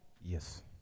Yes